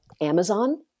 Amazon